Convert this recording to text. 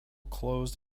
closed